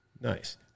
Nice